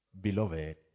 beloved